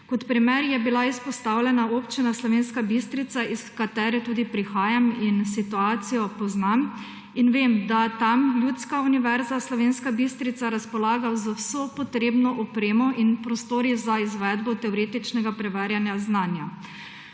Kot primer je bila izpostavljena Občina Slovenska Bistrica, iz katere tudi prihajam in situacijo poznam in vem, da tam Ljudska univerza Slovenska Bistrica razpolaga z vso potrebno opremo in prostori za izvedbo teoretičnega preverjanja znanja.